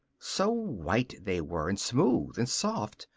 so white they were, and smooth and soft,